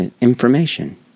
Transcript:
information